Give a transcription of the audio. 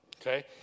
okay